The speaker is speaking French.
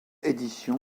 éditions